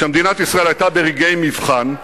כשמדינת ישראל היתה ברגעי מבחן,